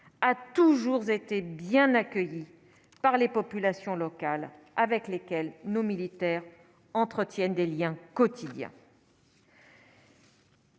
a toujours été bien accueillie par les populations locales avec lesquelles nos militaires entretiennent des Liens quotidiens.